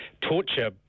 torture